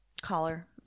Collar